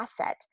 asset